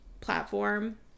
platform